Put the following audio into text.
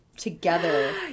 Together